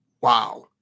wow